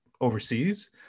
overseas